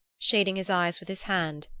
shading his eyes with his hand,